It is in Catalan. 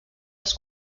als